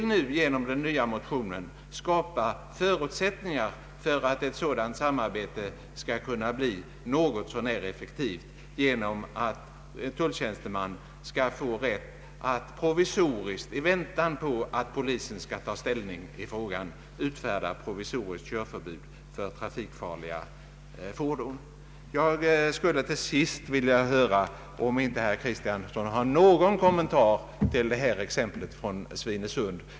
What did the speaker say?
Vi vill genom de nya motionerna skapa förutsättningar för att ett sådant samarbete skall kunna bli något så när effektivt genom att tulltjänsteman skall få rätt att, i väntan på att polisen hinner ta ställning i frågan, utfärda provisoriskt körförbud för trafikfarliga fordon. Jag skulle till sist vilja höra om inte herr Kristiansson ändå har någon kommentar att göra till exemplet från Svinesund.